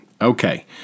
Okay